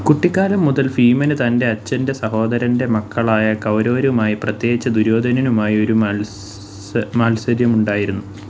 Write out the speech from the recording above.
കുട്ടിക്കാലം മുതൽ ഭീമന് തന്റെ അച്ഛന്റെ സഹോദരന്റെ മക്കളായ കൗരവരുമായി പ്രത്യേകിച്ച് ദുര്യോധനനുമായി ഒരു മാത്സര്യമുണ്ടായിരുന്നു